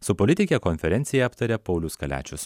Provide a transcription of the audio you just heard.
su politike konferenciją aptarė paulius kaliačius